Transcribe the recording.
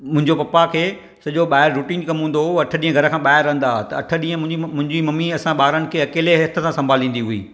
मुंहिंजो पप्पा खे सॼो ॿाहिरि रूटीन कमु हून्दो हो उहो अठ ॾींहं घर खां ॿाहिरि रहन्दा हुआ त अठ ॾींहं मुंहिंजी मम्मी असां ॿारनि खे अकेले हथ सां संभालीन्दी हुई